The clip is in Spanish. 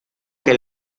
que